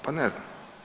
Pa ne znam.